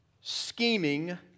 Scheming